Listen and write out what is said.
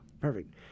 Perfect